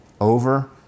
over